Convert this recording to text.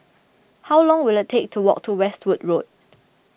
how long will it take to walk to Westwood Road